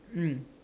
mm